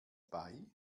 bei